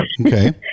Okay